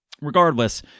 regardless